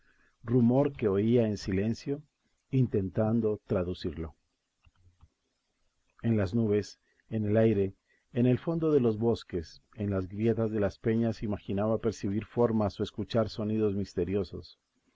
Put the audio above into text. rumor que oía en silencio intentando traducirlo en las nubes en el aire en el fondo de los bosques en las grietas de las peñas imaginaba percibir formas o escuchar sonidos misteriosos